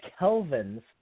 Kelvins